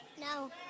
No